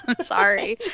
sorry